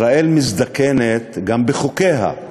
ישראל מזדקנת גם בחוקיה,